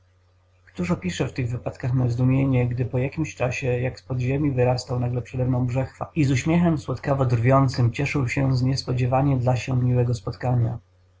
któż opisze w tych wypadkach me zdumienie gdy po jakimś czasie jak z pod ziemi wyrastał nagle przedemną brzechwa i z uśmiechem słodkawo drwiącym cieszył się z niespodziewanie dla się miłego spotkania